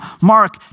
Mark